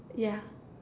yeah